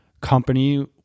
company